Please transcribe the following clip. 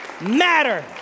matter